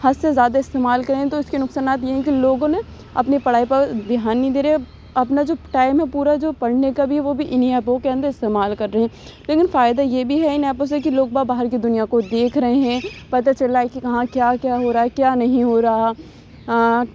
حد سے زیادہ استعمال کر رہے ہیں تو اِس کے نقصانات یہ ہیں کہ لوگوں نے اپنے پڑھائی پر دھیان نہیں دے رہے اپنا جو ٹائم ہے پورا جو پڑھنے کا بھی وہ بھی اِن ہی ایپوں کے اندر استعمال کر رہے ہیں لیکن فائدہ یہ بھی ہے اِن ایپوں سے کہ لوگ باغ باہر کی دُنیا کو دیکھ رہے ہیں پتہ چل رہا ہے کہ کہاں کیا کیا ہو رہا ہے کیا نہیں ہو رہا